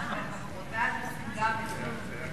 כן, נו, זה ברור.